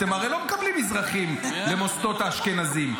אתם הרי לא מקבלים מזרחים למוסדות האשכנזים.